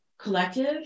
collective